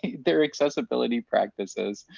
they're accessibility practices,